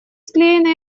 склеены